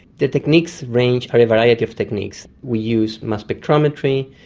the techniques range over a variety of techniques. we use mass spectrometry,